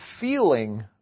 feeling